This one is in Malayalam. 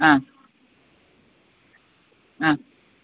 ആ ആ